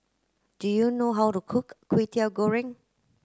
do you know how to cook Kway Teow Goreng